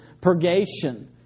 purgation